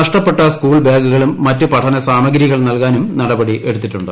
നഷ്ടപ്പെട്ട സ്കൂൾ ബാഗുകളും മറ്റ് പഠന സാമഗ്രികളും നൽകാനും നടപടി എടുത്തിട്ടുണ്ട്